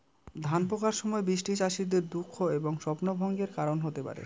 ধান পাকার সময় বৃষ্টি চাষীদের দুঃখ এবং স্বপ্নভঙ্গের কারণ হতে পারে